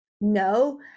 No